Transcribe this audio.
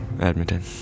edmonton